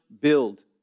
build